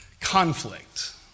conflict